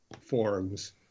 forms